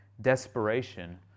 desperation